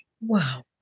Wow